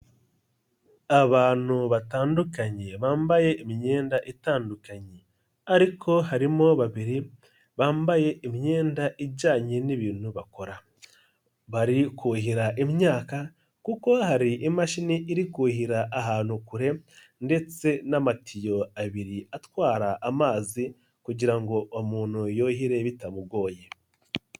abantu batandukanye bambaye imyenda itandukanye ariko harimo babiri bambaye imyenda ijyanye n'ibintu bakora, bari kuhira imyaka kuko hari imashini iri kuhira ahantu kure ndetse n'amatiyo abiri atwara amazi kugira ngo umuntu yuhire bitamugoye.